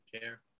care